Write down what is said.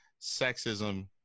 sexism